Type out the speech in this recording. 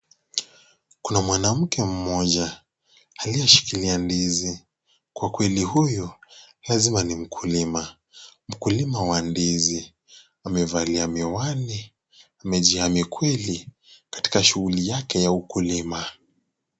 Kuna mwanamke mmoja aliyeshikilia ndizi. Kwa kweli huyu lazima ni mkulima. Mkulima wa ndizi amevalia miwani. Amejihami kweli katika shughuli yake ya ukulima.